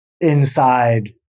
inside